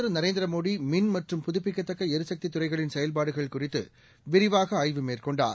திருநரேந்திரமோடிமின் மற்றும் புதுப்பிக்கத்தக்களிசக்தித் பிரதமர் துறைகளின் செயல்பாடுகள் குறித்துவிரிவாகஆய்வு மேற்கொண்டார்